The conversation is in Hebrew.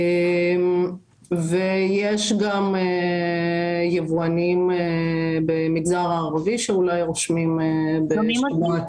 יש גם יבואנים במגזר הערבי שאולי רושמים בשבת.